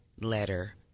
letter